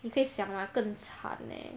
你可以想 lah 更惨 eh